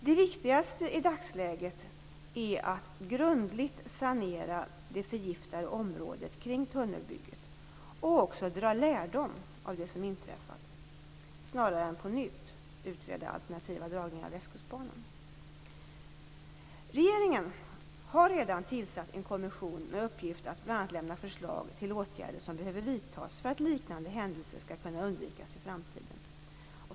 Det viktigaste i dagsläget är att grundligt sanera det förgiftade området kring tunnelbygget och dra lärdom av det som inträffat, snarare än att på nytt utreda alternativa dragningar av Västkustbanan. Regeringen har redan tillsatt en kommission med uppgift att bl.a. lämna förslag till åtgärder som behöver vidtas för att liknande händelser skall kunna undvikas i framtiden.